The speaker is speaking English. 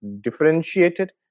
differentiated